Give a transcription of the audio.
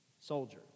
soldier